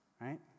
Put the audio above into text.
Right